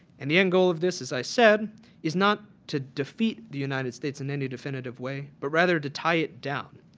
and the end goal of this as i said is not to defeat the united states in any definitive way but rather to tie it down.